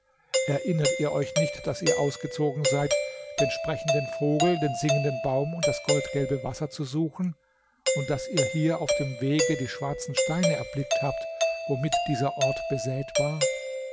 erinnert ihr euch nicht daß ihr ausgezogen seid den sprechenden vogel den singenden baum und das goldgelbe wasser zu suchen und daß ihr hier auf dem wege die schwarzen steine erblickt habt womit dieser ort besät war